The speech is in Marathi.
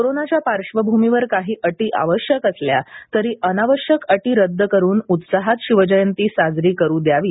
कोरोनाच्या पार्श्वभूमीवर काही अटी आवश्यक असल्या तरी अनावश्यक अटी रद्द करून उत्साहात शिवजयती साजरी करू द्यावी